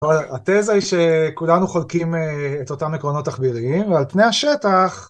התזה היא שכולנו חולקים את אותם עקרונות תחביריים ועל פני השטח.